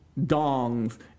dongs